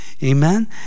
amen